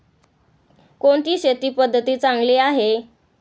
कोणती शेती पद्धती चांगली आहे?